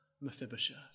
Mephibosheth